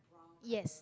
yes